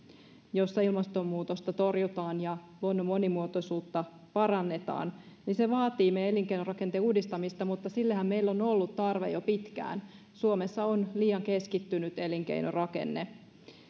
jossa ilmastonmuutosta torjutaan ja luonnon monimuotoisuutta parannetaan se vaatii meidän elinkeinorakenteen uudistamista mutta sillehän meillä on ollut tarve jo pitkään suomessa on liian keskittynyt elinkeinorakenne